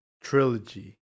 trilogy